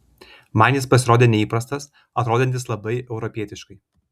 man jis pasirodė neįprastas atrodantis labai europietiškai